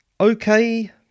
okay